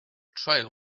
trail